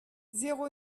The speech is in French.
zéro